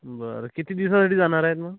बरं किती दिवसासाठी जाणार आहेत मग